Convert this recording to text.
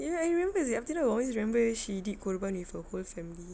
you know I remember after that I always remember she did korban with her whole family